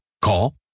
Call